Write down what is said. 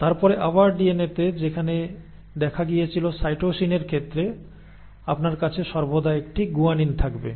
তারপরে আবার ডিএনএতে যেমন দেখা গিয়েছিল সাইটোসিনের ক্ষেত্রে আপনার কাছে সর্বদা একটি গুয়ানিন থাকবে